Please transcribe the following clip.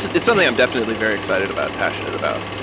it's something i'm definitely very excited about and passionate about.